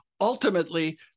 ultimately